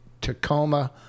Tacoma